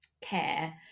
care